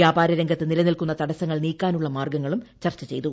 വ്യാപാര രംഗത്ത് നിലനിൽക്കുന്ന തടസ്സങ്ങൾ നീക്കാനുളള മാർഗ്ഗങ്ങളും ചർച്ച ചെയ്തു